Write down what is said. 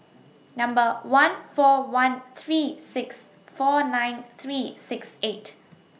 Number one four one three six four nine three six eight